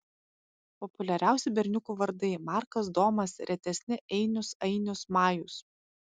populiariausi berniukų vardai markas domas retesni einius ainius majus